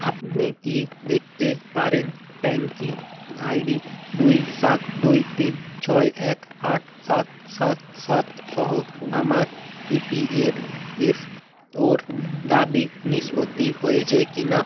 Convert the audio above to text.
আপনি কি দেখতে পারেন ট্যাঙ্কি আই ডি দুই সাত দুই তিন ছয় এক আট সাত সাত সাত সহ আমার ই পি এর এফ ও র দাবি নিষ্পত্তি হয়েছে কিনা